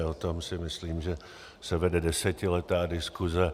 O tom si myslím, že se vede desetiletá diskuze.